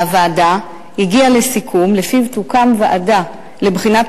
הוועדה הגיעה לסיכום שלפיו תוקם ועדה לבחינת